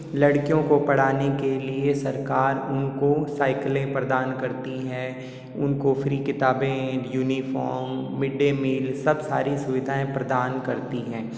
लडकीयों को पढ़ाने के लिए सरकार उनको साइकिलें प्रदान करती हैं उनको फ़्री किताबें यूनिफार्म मिड डे मील सब सारी सुवधाएँ प्रदान करती हैं